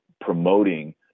promoting